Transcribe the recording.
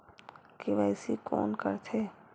KYC कोन करथे?